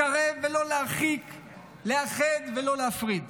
לקרב ולא להרחיק, לאחד ולא להפריד".